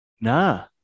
Nah